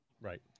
Right